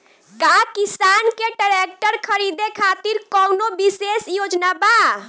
का किसान के ट्रैक्टर खरीदें खातिर कउनों विशेष योजना बा?